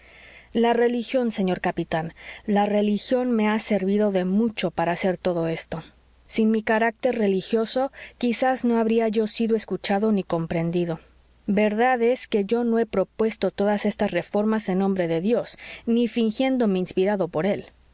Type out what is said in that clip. la religión señor capitán la religión me ha servido de mucho para hacer todo esto sin mi carácter religioso quizás no habría yo sido escuchado ni comprendido verdad es que yo no he propuesto todas esas reformas en nombre de dios ni fingiéndome inspirado por él